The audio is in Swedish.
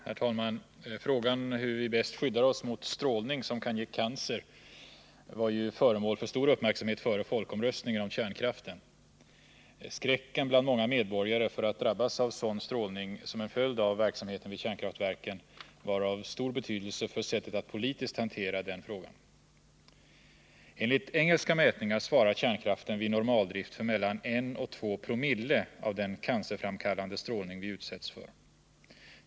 Herr talman! Fågan om hur vi bäst skyddar oss mot strålning som kan ge cancer var ju föremål för stor uppmärksamhet före folkomröstningen om kärnkraften. Skräcken bland många medborgare för att drabbas av sådan strålning som en följd av verksamheten vid kärnkraftverken var av stor betydelse för sättet att politiskt hantera denna fråga. Enligt engelska mätningar svarar kärnkraften vid normaldrift för mellan 1 och 2 Zo av den cancerframkallande strålning som vi utsätts för.